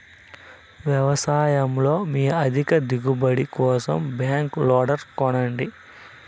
వ్యవసాయంలో మీ అధిక దిగుబడి కోసం బ్యాక్ లోడర్ కొనండి